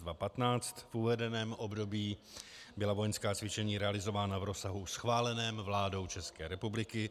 V uvedeném období byla vojenská cvičení realizována v rozsahu schváleném vládou České republiky.